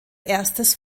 erstes